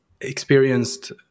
experienced